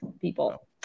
people